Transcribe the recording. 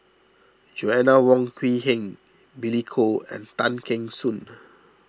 Joanna Wong Quee Heng Billy Koh and Tay Kheng Soon